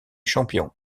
champions